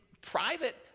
private